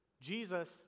Jesus